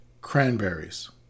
Cranberries